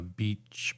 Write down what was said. beach